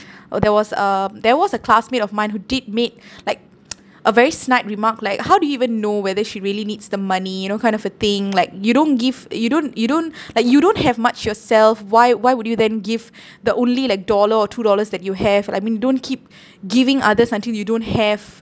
uh there was um there was a classmate of mine who did made like a very snide remark like how do you even know whether she really needs the money you know kind of a thing like you don't give you don't you don't like you don't have much yourself why why would you then give the only like dollar or two dollars that you have like I mean you don't keep giving others until you don't have